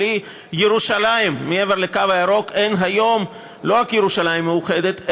בלי ירושלים מעבר לקו הירוק אין היום לא רק ירושלים מאוחדת,